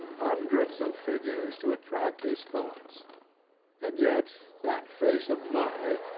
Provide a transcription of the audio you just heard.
hundreds of figures to attract his thoughts and yet that face of marley,